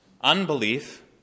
Unbelief